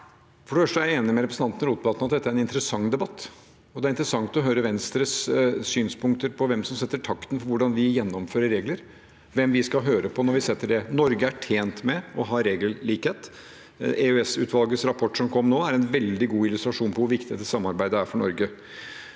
er jeg enig med representanten Rotevatn i at dette er en interessant debatt. Det er interessant å høre Venstres synspunkter på hvem som setter takten for hvordan vi gjennomfører regler, og hvem vi skal høre på når vi setter dem. Norge er tjent med å ha regellikhet. EØS-utvalgets rapport som kom nå, er en veldig god illustrasjon på hvor viktig dette samarbeidet er for Norge.